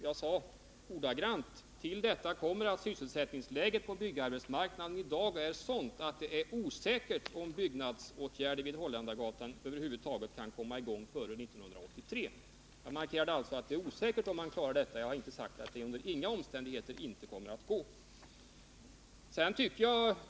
Jag sade att till detta kommer att sysselsättningsläget på byggarbetsmarknaden i dag är sådant att det är osäkert om byggnadsåtgärder vid Holländargatan över huvud taget kan komma i gång före 1983. Jag markerade alltså att det är osäkert om man klarar detta, men jag har inte sagt att det under inga omständigheter går.